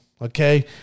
okay